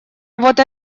вот